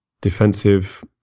defensive